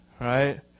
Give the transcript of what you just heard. Right